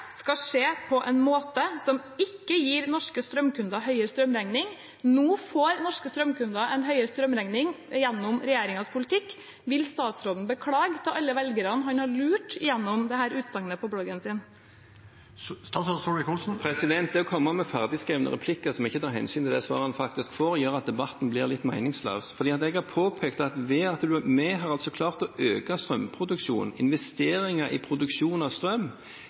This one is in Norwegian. skal skje på en måte som ikke gir norske strømkunder høyere strømregning. Nå får norske strømkunder en høyere strømregning gjennom regjeringens politikk. Vil statsråden beklage til alle velgerne han har lurt med dette utsagnet på bloggen sin? Det å komme med ferdigskrevne replikker som ikke tar hensyn til svaret en faktisk får, gjør at debatten blir litt meningsløs. Jeg har påpekt at vi har klart å øke strømproduksjonen – investeringer i produksjonen av strøm.